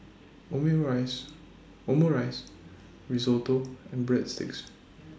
Omurice Risotto and Breadsticks